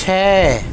چھ